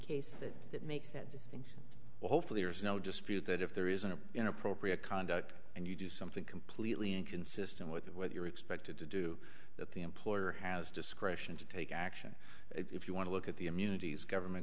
case that that makes that distinction hopefully there's no dispute that if there is an inappropriate conduct and you do something completely inconsistent with what you're expected to do that the employer has discretion to take action if you want to look at the immunities government